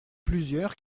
plusieurs